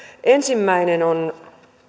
ensimmäinen on